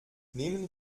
nehmen